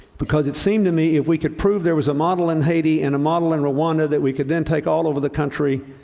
because it seemed to me if we could prove there was a model in haiti and a model in rwanda that we could then take all over the country,